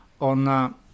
on